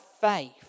faith